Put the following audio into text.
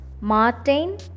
Martin